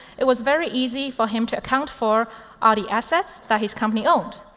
it was very easy for him to account for all the assets that his company owned.